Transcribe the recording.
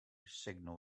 signal